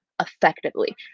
effectively